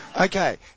Okay